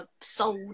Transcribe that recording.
sold